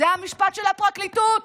זה המשפט של הפרקליטות,